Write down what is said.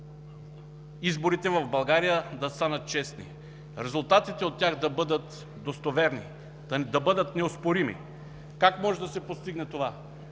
изборите в България да станат честни, резултатите от тях бъдат достоверни, да бъдат неоспорими Как може да се постигне това?